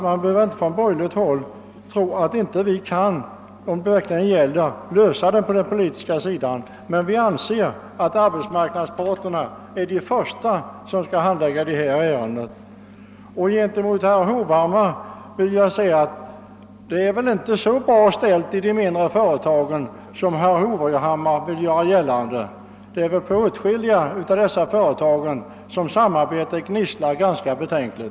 Man skall inte på borgerligt håll tro att vi inte kan lösa denna fråga den politiska vägen, om det verkligen gäller, men vi anser som sagt att arbetsmarknadsparterna själva i första hand skall handlägga ärenden av detta slag. Slutligen vill jag till herr Hovhammar bara säga att det väl inte är så bra ställt inom de mindre företagen som herr Hovhammar ville göra gällande. Samarbetet gnisslar väl ganska betänkligt vid åtskilliga av dessa företag.